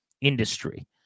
industry